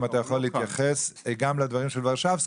אם אתה יכול להתייחס גם לדברים של ורשבסקי,